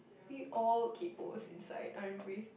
we all kaypos inside aren't we